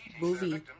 movie